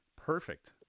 Perfect